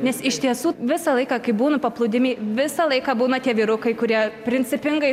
nes iš tiesų visą laiką kai būnu paplūdimy visą laiką būna tie vyrukai kurie principingai